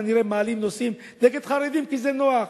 כנראה מעלים נושאים נגד חרדים כי זה נוח,